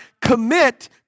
commit